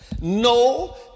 no